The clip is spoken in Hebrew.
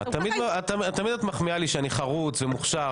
את תמיד מחמיאה לי שאני חרוץ ומוכשר.